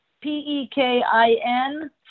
P-E-K-I-N